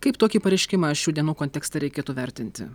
kaip tokį pareiškimą šių dienų kontekste reikėtų vertinti